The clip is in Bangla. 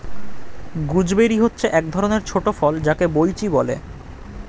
গুজবেরি হচ্ছে এক ধরণের ছোট ফল যাকে বৈঁচি বলে